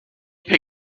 come